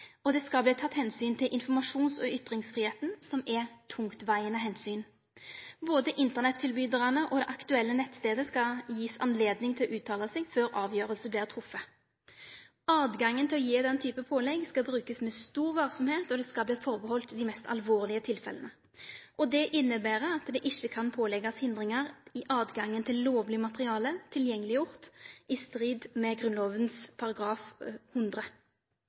og det skal takast omsyn til informasjons- og ytringsfridomen, som er tungtvegande omsyn. Både Internett-tilbydarane og den aktuelle nettstaden skal gjevast høve til å uttale seg før avgjerd vert treft. Åtgangen til å gje den type pålegg skal nyttast med stor varsemd, og det skal reserverast dei mest alvorlege tilfella. Det inneber at det ikkje kan påleggjast hindringar i åtgangen til lovleg materiale tilgjengeleggjort i strid med Grunnlova § 100.